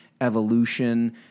evolution